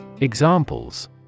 Examples